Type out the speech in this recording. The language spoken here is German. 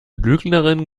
lügnerin